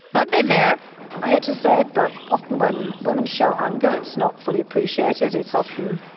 i've been there i had to say it. but often when women show anger, it's not fully appreciated. it's often,